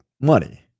money